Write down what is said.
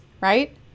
right